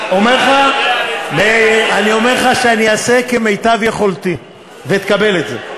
אני אומר לך שאני אעשה את זה כמיטב יכולתי ותקבל את זה,